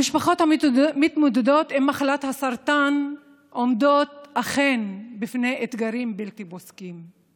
המשפחות המתמודדות עם מחלת הסרטן אכן עומדות בפני אתגרים בלתי פוסקים.